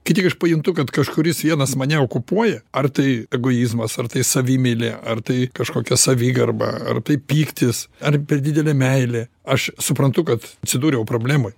kai tik aš pajuntu kad kažkuris vienas mane okupuoja ar tai egoizmas ar tai savimeilė ar tai kažkokia savigarba ar tai pyktis ar per didelė meilė aš suprantu kad atsidūriau problemoj